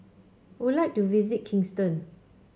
would like to visit Kingston